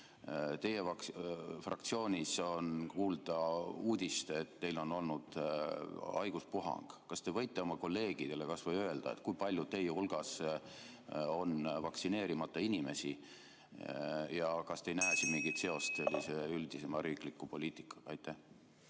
Teie fraktsioonis on kuulda uudist, et teil on olnud haiguspuhang. Kas te võite oma kolleegidele öelda, kui palju teie hulgas on vaktsineerimata inimesi? Kas te ei näe siin mingit seost sellise üldisema riikliku poliitikaga?